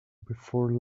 before